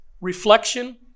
reflection